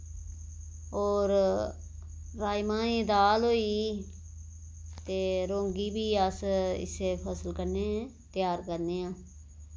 होर राजमाहें दी दाल होई ते रौंगी बी अस इस्सै फसल कन्नै त्यार करने आं